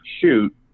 shoot